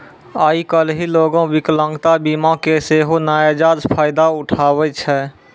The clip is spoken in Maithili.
आइ काल्हि लोगें विकलांगता बीमा के सेहो नजायज फायदा उठाबै छै